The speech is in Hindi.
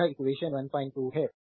तो यह एक्वेशन 12 से है